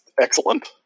excellent